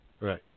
Right